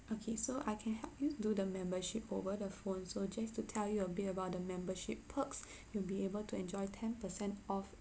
okay so I can help you do the membership over the phone so just to tell you a bit about the membership perks you'll be able to enjoy ten percent off